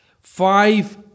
Five